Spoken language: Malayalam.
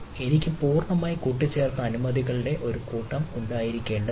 എനിക്ക് പൂർണ്ണമായി കൂട്ടിച്ചേർത്ത അനുമതികളുടെ ഒരു കൂട്ടം ഉണ്ടായിരിക്കേണ്ടതില്ല